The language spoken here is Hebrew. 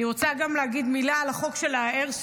אני גם רוצה להגיד מילה על החוק של האיירסופט,